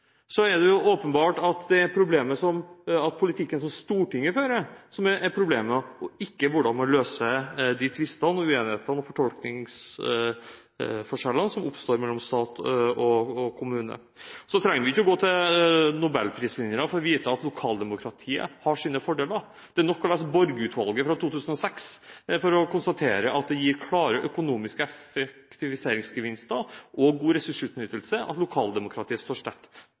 er det jo åpenbart at det er politikken Stortinget fører, som er problemet, og ikke hvordan man løser de tvistene og uenighetene og fortolkningsforskjellene som oppstår mellom stat og kommune. Vi trenger ikke å gå til nobelprisvinnere for å få vite at lokaldemokratiet har sine fordeler. Det er nok å lese Borge-utvalget fra 2006 for å konstatere at det gir klare økonomiske effektiviseringsgevinster og god ressursutnyttelse at lokaldemokratiet står sterkt.